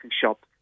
shops